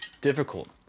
difficult